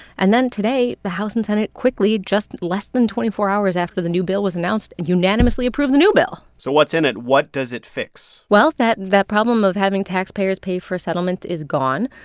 and then today, the house and senate quickly, just less than twenty four hours after the new bill was announced, and unanimously approved the new bill so what's in it? what does it fix? well, that that problem of having taxpayers pay for a settlement is gone.